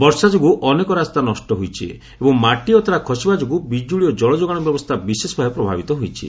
ବର୍ଷାଯୋଗୁଁ ଅନେକ ରାସ୍ତା ନଷ୍ଟ ହୋଇଛି ଏବଂ ମାଟି ଅତଡା ଖସିବା ଯୋଗୁଁ ବିକ୍କୁଳି ଓ ଜଳଯୋଗାଣ ବ୍ୟବସ୍ଥା ବିଶେଷଭାବେ ପ୍ରଭାବିତ ହୋଇଛି